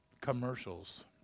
commercials